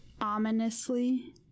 ominously